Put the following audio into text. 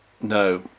No